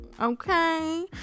okay